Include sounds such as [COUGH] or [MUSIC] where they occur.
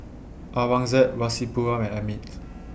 Aurangzeb Rasipuram and Amit [NOISE]